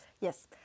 yes